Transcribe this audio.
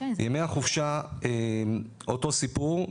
ימי החופשה אותו סיפור,